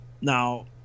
Now